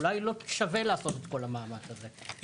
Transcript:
אולי לא שווה לעשות את כל המאמץ הזה,